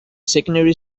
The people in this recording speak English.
secondary